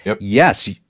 Yes